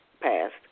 passed